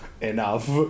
enough